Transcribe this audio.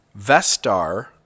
Vestar